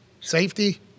Safety